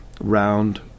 round